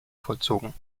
vollzogen